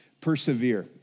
Persevere